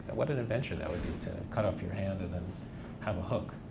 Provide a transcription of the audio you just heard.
what an adventure that would be to cut off your hand and then have a hook.